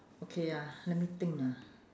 okay ya let me think ah